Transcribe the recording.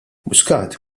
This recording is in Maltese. muscat